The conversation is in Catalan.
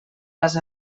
les